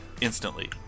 instantly